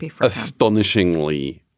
astonishingly